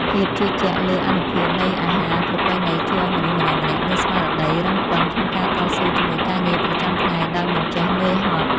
ភាពជឿជាក់លើអានុភាពនៃអាហារប្រពៃណីជួយឱ្យមនុស្សម្នាក់ៗមានស្មារតីរឹងប៉ឹងក្នុងការតស៊ូជាមួយការងារប្រចាំថ្ងៃដោយមិនចេះនឿយហត់។